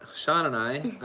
shawn and i,